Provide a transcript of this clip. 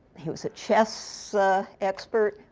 he was a chess expert,